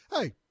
hey